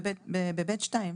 ב-(ב)(2).